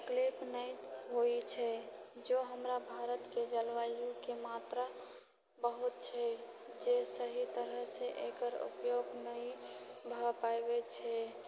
तकलीफ नहि होइत छै जो हमरा भारतके जलवायुके मात्रा बहुत छै जे सही तरहसँ एकर उपयोग नहि भए पाबै छै